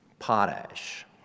potash